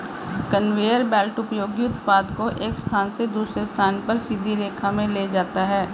conveyor belt उपयोगी उत्पाद को एक स्थान से दूसरे स्थान पर सीधी रेखा में ले जाता है